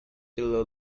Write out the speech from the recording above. below